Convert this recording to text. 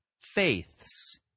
faiths